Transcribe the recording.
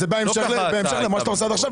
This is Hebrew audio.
בהמשך למה שאתה עושה עד עכשיו.